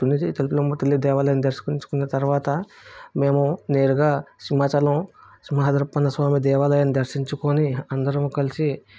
తుని తలుపులమ్మతల్లి దేవాలయం దర్శించుకున్నతర్వాత మేము నేరుగా సింహాచలం సింహాద్రి అప్పన్నస్వామి దేవాలయం దర్శించుకొని అందరము కలిసి